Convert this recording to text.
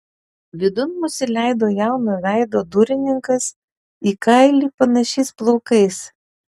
vidun mus įleido jauno veido durininkas į kailį panašiais plaukais